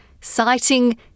citing